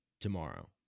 tomorrow